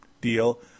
deal